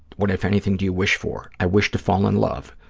what, if anything, do you wish for? i wish to fall in love,